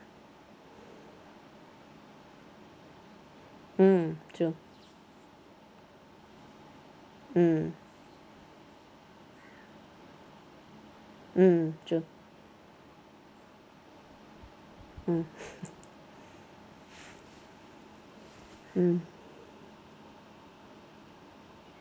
mm true mm mm true mm mm